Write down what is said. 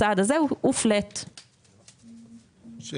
הצעד הזה הוא פלט.